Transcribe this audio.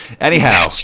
Anyhow